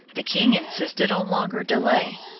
the king insisted on longer delay.